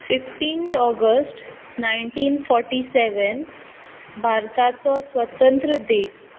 fifteen August nineteen forty seven भारताचो स्वतंत्र दीस